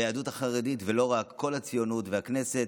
והיהדות החרדית, ולא רק, כל הציונות והכנסת